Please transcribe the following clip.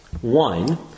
One